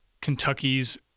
Kentucky's